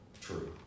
True